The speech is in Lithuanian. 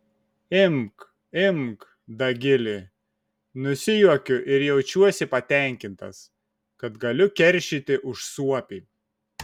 imk imk dagili nusijuokiu ir jaučiuosi patenkintas kad galiu keršyti už suopį